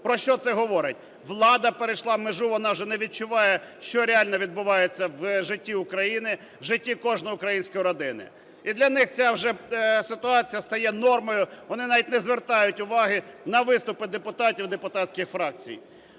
Про що це говорить? Влада перейшла межу, вона вже не відчуває, що реально відбувається в житті України, в житті кожної української родини. І для них ця вже ситуація стає нормою, вони навіть не звертають уваги на виступи депутатів і депутатських фракцій.